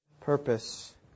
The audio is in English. purpose